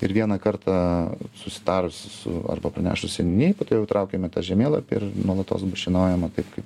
ir vieną kartą susitarusi su arba pranešus seniūnijai tada jau įtraukiame į tą žemėlapį ir nuolatos bus šienaujama taip kaip